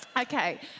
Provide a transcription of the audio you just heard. Okay